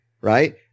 right